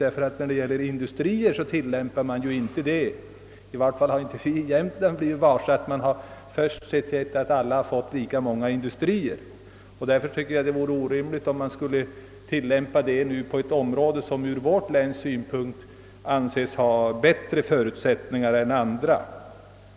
När det gäller industrier tillämpar man ju inte den principen — åtminstone har inte Jämtland blivit varse att alla län ansetts böra få samma antal industrier. Skall man då tillämpa den principen på ett område där vårt län anses ha bättre förutsättningar än andra?